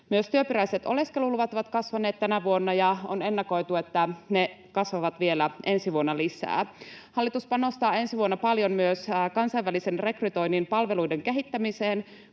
Myös työperäiset oleskeluluvat ovat kasvaneet tänä vuonna, ja on ennakoitu, että ne kasvavat vielä ensi vuonna lisää. Hallitus panostaa ensi vuonna paljon myös kansainvälisen rekrytoinnin palveluiden kehittämiseen,